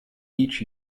each